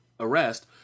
arrest